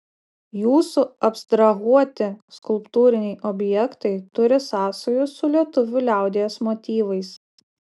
jūsų abstrahuoti skulptūriniai objektai turi sąsajų su lietuvių liaudies motyvais